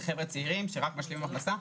אלה חבר'ה צעירים שרק משלימים הכנסה.